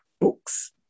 books